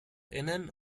innen